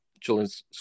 children's